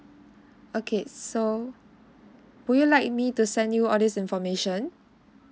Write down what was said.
okay so would you like me to send you all this information